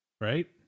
right